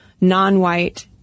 non-white